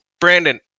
Brandon